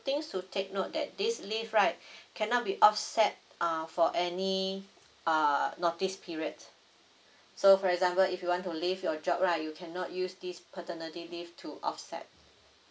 things to take note that this leave right cannot be offset err for any uh notice period so for example if you want to leave your job right you cannot use this paternity leave to offset